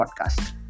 Podcast